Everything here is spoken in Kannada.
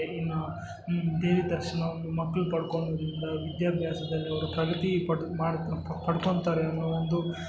ಇನ್ನೂ ಈ ದೇವಿ ದರ್ಶನವನ್ನು ಮಕ್ಕಳು ಪಡ್ಕೊಳೋದ್ರಿಂದ ವಿದ್ಯಾಭ್ಯಾಸದಲ್ಲಿ ಅವರು ಪ್ರಗತಿ ಪಡ್ದು ಮಾಡಿ ಪಡ್ಕೊಳ್ತಾರೆ ಅನ್ನೊ ಒಂದು